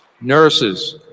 nurses